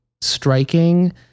striking